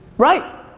right.